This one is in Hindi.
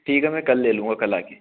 ठीक है मैं कल ले लूँगा कल आके